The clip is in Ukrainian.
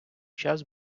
час